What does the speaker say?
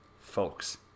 folks